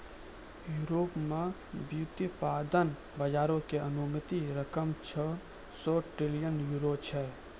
Europe मे व्युत्पादन बजारो के अनुमानित रकम छौ सौ ट्रिलियन यूरो छै